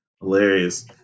hilarious